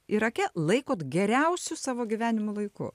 irake laikot geriausiu savo gyvenimo laiku